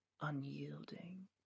unyielding